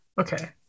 Okay